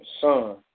Son